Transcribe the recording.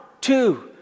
two